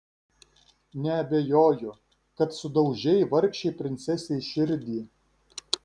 neabejoju kad sudaužei vargšei princesei širdį